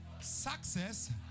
success